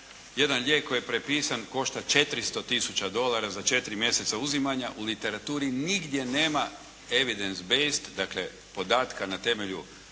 jedan lijek koji je propisan, košta 400 tisuća dolara za 4 mjeseca uzimanja. U literaturi nigdje nema evidence bejzd, dakle podatka na temelju